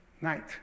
night